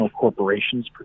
corporations